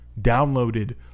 downloaded